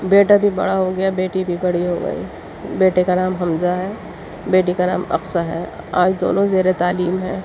بیٹا بھی بڑا ہو گیا بیٹی بھی بڑی ہو گئی بیٹے کا نام حمزہ ہے بیٹی کا نام اقصیٰ ہے آج دونوں زیر تعلیم ہیں